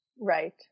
Right